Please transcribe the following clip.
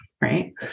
right